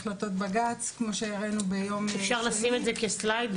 החלטת ממשלה 291 שבעצם מדברת כבר על השינוי של המודל,